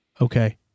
Okay